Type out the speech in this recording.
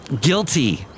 guilty